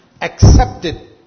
accepted